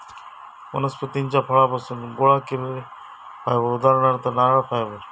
वनस्पतीच्या फळांपासुन गोळा केलेला फायबर उदाहरणार्थ नारळ फायबर